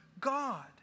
God